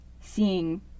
seeing